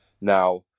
Now